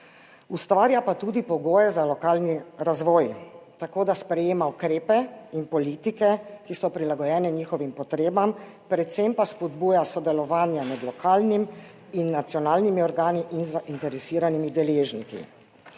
Ustvarja pa tudi pogoje za lokalni razvoj, tako da sprejema ukrepe in politike, ki so prilagojene njihovim potrebam, predvsem pa spodbuja sodelovanje med lokalnimi in nacionalnimi organi in zainteresiranimi deležniki.